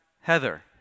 Heather